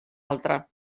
altra